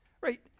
right